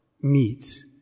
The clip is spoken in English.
meet